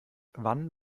wann